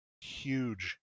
huge